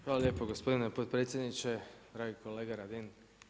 Hvala lijepa gospodine potpredsjedniče, dragi kolega Radin.